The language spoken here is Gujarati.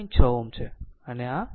6 Ω છે અને આ 0